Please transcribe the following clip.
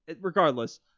regardless